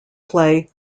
play